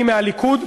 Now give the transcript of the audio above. אני מהליכוד,